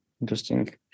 Interesting